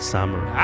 Summer